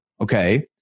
okay